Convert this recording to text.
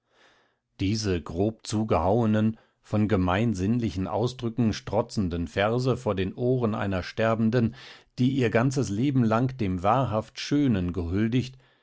diese grob zugehauenen von gemein sinnlichen ausdrücken strotzenden verse vor den ohren einer sterbenden die ihr ganzes leben lang dem wahrhaft schönen gehuldigt